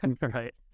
right